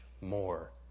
more